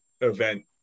event